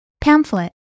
Pamphlet